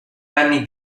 anni